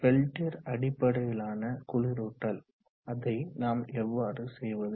Peltier அடிப்படையிலான குளிரூட்டல் அதை நாம் எவ்வாறு செய்வது